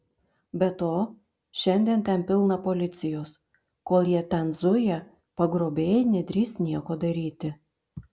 be to šiandien ten pilna policijos kol jie ten zuja pagrobėjai nedrįs nieko daryti